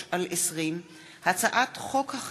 פ/2713/20 וכלה בהצעת חוק פ/2746/20,